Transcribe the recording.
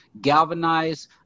galvanize